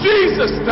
Jesus